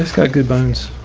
got good bones.